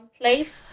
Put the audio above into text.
place